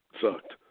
sucked